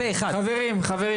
שפועלים נהדר באופן בו הם מסבסדים.